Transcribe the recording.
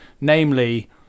namely